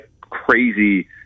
crazy